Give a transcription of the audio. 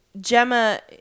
Gemma